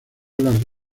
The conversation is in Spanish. las